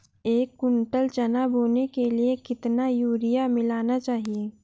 एक कुंटल चना बोने के लिए कितना यूरिया मिलाना चाहिये?